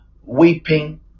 Weeping